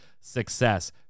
success